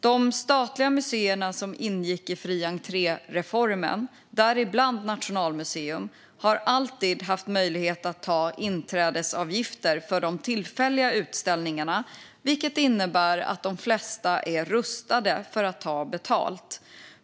De statliga museer som ingick i fri entré-reformen, däribland Nationalmuseum, har alltid haft möjlighet att ta inträdesavgifter för de tillfälliga utställningarna, vilket innebär att de flesta är rustade för att ta betalt.